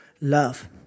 love